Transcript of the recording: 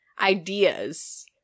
ideas